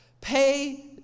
Pay